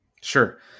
Sure